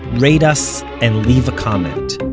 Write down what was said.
rate us, and leave a comment.